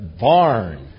barn